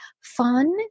fun